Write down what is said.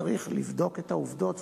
צריך לבדוק את העובדות,